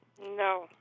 No